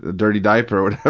ah dirty diaper or whatever,